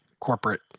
corporate